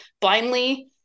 blindly